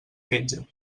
fetge